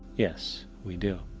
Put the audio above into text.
yes, we do.